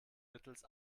mittels